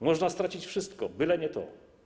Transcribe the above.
Można stracić wszystko, byle nie to!